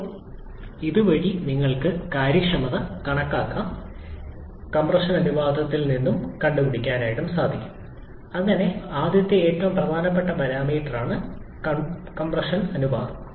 ഇപ്പോൾ ഇതുവഴി നിങ്ങൾക്ക് കാര്യക്ഷമത കണക്കാക്കാം കൂടാതെ ഔട്ട്പുട്ട് കണക്കാക്കണമെങ്കിൽ മറ്റ് ചില പാരാമീറ്ററുകൾ നേടുക എന്നതാണ് നിങ്ങളുടെ ലക്ഷ്യം എങ്കിൽ നിങ്ങൾക്ക് അത് എങ്ങനെ ലഭിക്കും